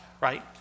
right